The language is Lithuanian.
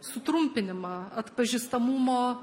sutrumpinimą atpažįstamumo